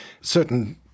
certain